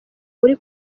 uri